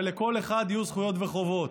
ולכל אחד יהיו זכויות וחובות.